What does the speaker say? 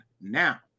now